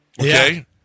Okay